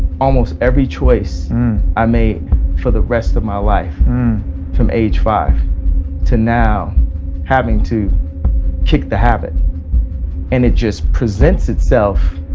almost every choice i made for the rest of my life from age five to now having to kick the habit and it just presents itself